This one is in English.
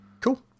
cool